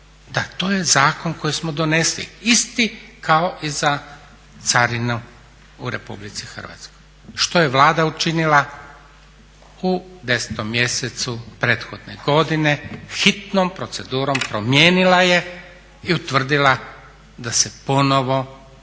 Da, to je zakon koji smo donesli, isti kao i za carinu u Republici Hrvatskoj. Što je Vlada učinila u 10. mjesecu prethodne godine, hitnom procedurom promijenila je i utvrdila da se ponovo kadrovi